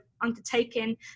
undertaken